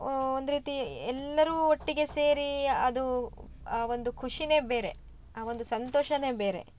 ಓ ಒಂದು ರೀತಿ ಎಲ್ಲರೂ ಒಟ್ಟಿಗೆ ಸೇರೀ ಅದೂ ಆ ಒಂದು ಖುಷಿನೇ ಬೇರೆ ಆ ಒಂದು ಸಂತೋಷನೇ ಬೇರೆ